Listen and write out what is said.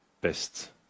best